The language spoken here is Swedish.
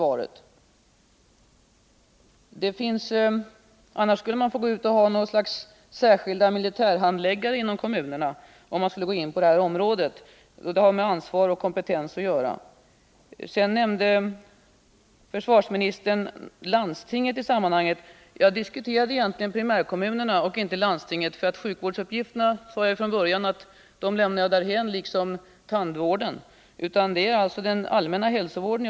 Annars skulle man i sådana fall av 195 ansvarsoch kompetensskäl i kommunerna få ha något slags särskild militärhandläggare på detta område. Försvarsministern nämnde också landstingen i detta sammanhang. Vad jag diskuterade var egentligen primärkommunerna, inte landstingen. Jag sade från början att jag lämnade sjukvårdsuppgifterna liksom också tandvården därhän. Vad jag diskuterar är den allmänna hälsovården.